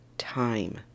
time